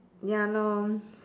ya lor